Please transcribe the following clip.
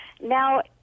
Now